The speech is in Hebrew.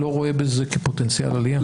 לא רואה בזה כפוטנציאל עלייה?